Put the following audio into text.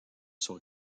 sur